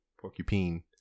porcupine